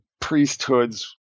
priesthoods